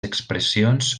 expressions